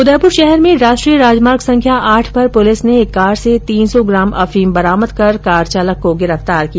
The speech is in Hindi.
उदयपुर शहर में राष्ट्रीय राजमार्ग संख्या आठ पर पुलिस ने एक कार से तीन सौ ग्राम अफीम बरामद कर कार चालक को गिरफ्तार किया